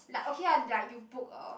like okay ah like you book a